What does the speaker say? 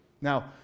Now